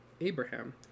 abraham